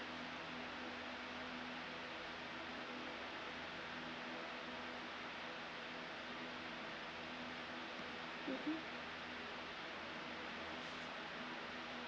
mmhmm